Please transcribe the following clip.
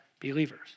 believers